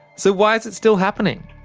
so why is it still happening?